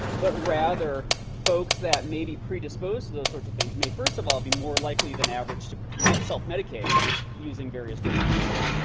but rather, folks that may be predisposed to those sorts of things may, first of all, be more likely than average to self-medicate using various drugs of abuse.